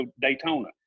Daytona